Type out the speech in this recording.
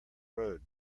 road